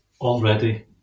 already